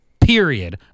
Period